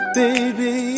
baby